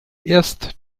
erst